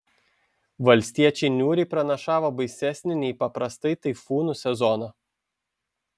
valstiečiai niūriai pranašavo baisesnį nei paprastai taifūnų sezoną